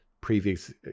previous